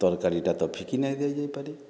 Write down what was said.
ତରକାରୀ ଟା ତ ଫିକି ନାଇ ଦେଇ ଯାଇପାରେ